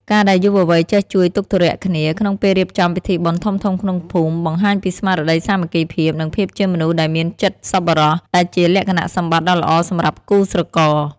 ការដែលយុវវ័យចេះជួយទុក្ខធុរៈគ្នា ក្នុងពេលរៀបចំពិធីបុណ្យធំៗក្នុងភូមិ បង្ហាញពីស្មារតីសាមគ្គីភាព និងភាពជាមនុស្សដែលមានចិត្តសប្បុរស ដែលជាលក្ខណៈសម្បត្តិដ៏ល្អសម្រាប់គូស្រករ។